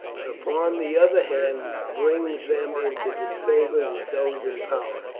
but, upon the other hand, brings them into disfavour with those in power.